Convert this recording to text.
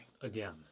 again